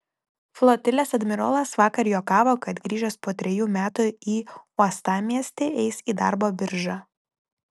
flotilės admirolas vakar juokavo kad grįžęs po trejų metų į uostamiestį eis į darbo biržą